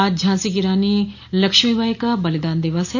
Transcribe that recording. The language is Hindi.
आज झांसी की रानी लक्ष्मीबाई का बलिदान दिवस है